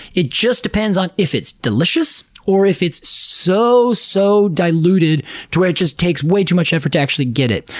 it just depends on if it's delicious, or if it's soooo so so diluted to where it just takes way too much effort to actually get it.